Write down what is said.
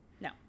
No